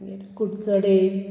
मागीर कुडचडे